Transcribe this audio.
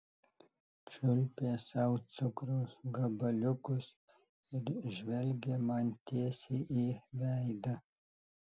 čiulpė sau cukraus gabaliukus ir žvelgė man tiesiai į veidą